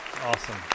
Awesome